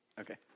Okay